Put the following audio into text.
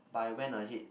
but I went ahead